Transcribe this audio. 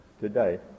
today